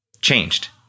changed